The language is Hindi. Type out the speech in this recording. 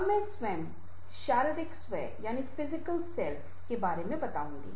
अब मैं स्वयं शारीरिक स्व आत्म भौतिक आत्म के बारे में बताऊंगा